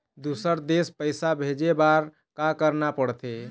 दुसर देश पैसा भेजे बार का करना पड़ते?